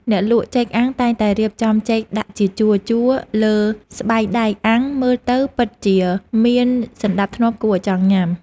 អ្នកលក់ចេកអាំងតែងតែរៀបចំចេកដាក់ជាជួរៗលើស្បៃដែកអាំងមើលទៅពិតជាមានសណ្តាប់ធ្នាប់គួរឱ្យចង់ញ៉ាំ។